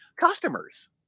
customers